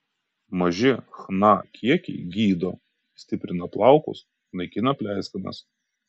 maži chna kiekiai gydo stiprina plaukus naikina pleiskanas